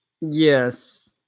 Yes